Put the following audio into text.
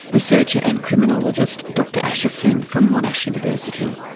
researcher and criminologist dr asher flynn from monash university.